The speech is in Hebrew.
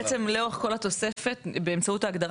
בעצם לאורך כל התוספת באמצעות ההגדרה